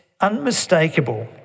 unmistakable